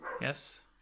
Yes